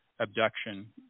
abduction